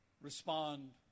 respond